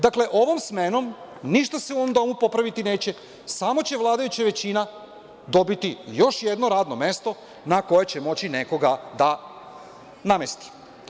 Dakle, ovom smenom ništa se u ovom domu popraviti neće, samo će vladajuća većina dobiti još jedno radno mesto na koje će moći nekoga da namesti.